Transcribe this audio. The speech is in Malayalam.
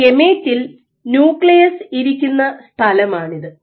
ഒരു ഗമേറ്റിൽ ന്യൂക്ലിയസ് ഇരിക്കുന്ന സ്ഥലമാണിത്